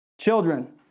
Children